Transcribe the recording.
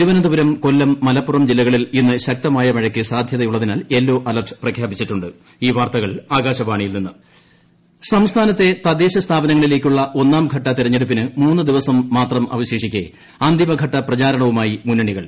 തിരുവനന്തപുരം കൊല്ലം മലപ്പുറം ജില്ലകളിൽ ഇന്ന് ശക്തമായ മഴയ്ക്ക് സാധ്യതയുള്ളതിനാൽ യെല്ലോ അലർട്ട് പ്രഖ്യാപിച്ചിട്ടുണ്ട് തദ്ദേശ തെരഞ്ഞെടുപ്പ് സംസ്ഥാനത്തെ തദ്ദേശ സ്ഥാപനങ്ങ്ളിലേക്കുള്ള ഒന്നാം ഘട്ട തെരഞ്ഞെടുപ്പിന് മൂന്ന് ദിവസ്ട് മാത്ര്മവശേഷിക്കേ അന്തിമഘട്ട പ്രചാരണവുമായി മുന്നണികൾ